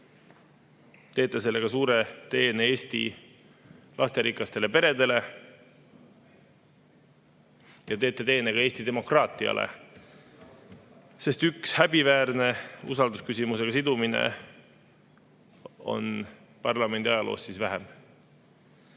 Teete sellega suure teene Eesti lasterikastele peredele ja teete teene ka Eesti demokraatiale, sest üks häbiväärne usaldusküsimusega sidumine on parlamendi ajaloos vähem.